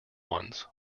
ones